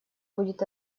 будет